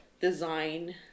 design